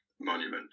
monument